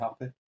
happy